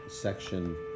section